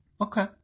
Okay